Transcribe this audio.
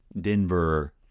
Denver